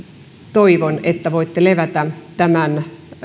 toivon että voitte levätä tämän